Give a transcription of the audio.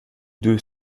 deux